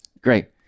Great